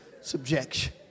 subjection